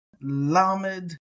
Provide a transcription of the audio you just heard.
Lamed